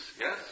Yes